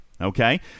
Okay